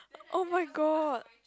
oh-my-god